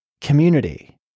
community